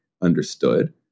understood